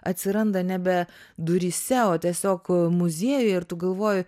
atsiranda nebe duryse o tiesiog muziejuje ir tu galvoji